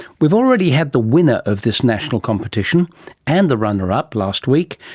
we've already had the winner of this national competition and the runner-up last week,